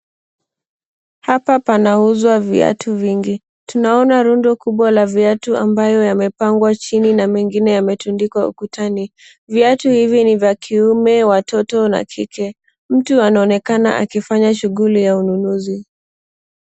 Hapa panauzwa viatu vingi. Tunaona rundo kubwa la viatu ambayo yamepangwa chini na mengine yametundikwa ukutani. Viatu hivi ni vya kiume, watoto na kike. Mtu anaonekana akifanya shughuli ya ununuzi.